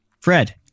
Fred